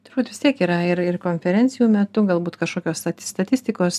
turbūt vis tiek yra ir ir konferencijų metu galbūt kažkokios sati statistikos